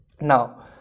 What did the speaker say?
now